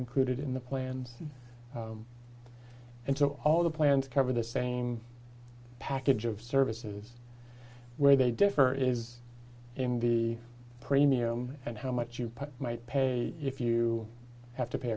included in the plans and so all the plans cover the same package of services where they differ is in the premium and how much you might pay if you have to pay